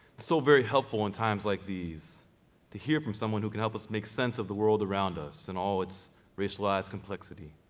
so very helpful in times like these to hear from someone who can help us make sense of the world around us, in all its racialized complexity.